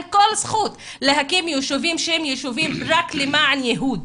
כל זכות להקים יישובים שהם יישובים רק למען ייהוד.